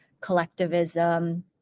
collectivism